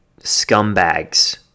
scumbags